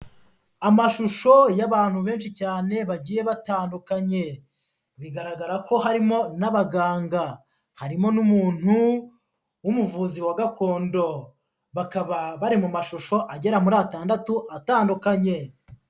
Amashusho y'abantu benshi cyane bagiye batandukanye bigaragara ko harimo n'abaganga, harimo n'umuntu w'umuvuzi wa gakondo bakaba bari mu mashusho agera muri atandatu atandukanye.